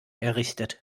errichtet